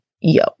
yo